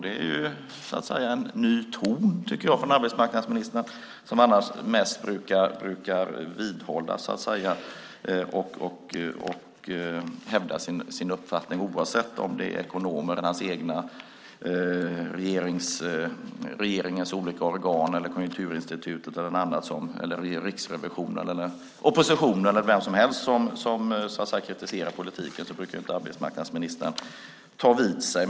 Det är en ny ton, tycker jag, från arbetsmarknadsministern som annars mest brukar vidhålla och hävda sin uppfattning, oavsett om det är ekonomer, regeringens olika organ, Konjunkturinstitutet, Riksrevisionen, oppositionen eller någon annan som kritiserar politiken. Arbetsmarknadsministern brukar inte ta vid sig.